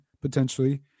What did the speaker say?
potentially